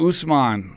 Usman